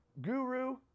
Guru